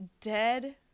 Dead